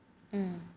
hmm